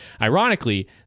Ironically